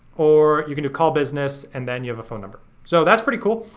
or you can do call business and then you have a phone number. so that's pretty cool.